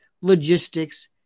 logistics